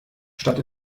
statt